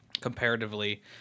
comparatively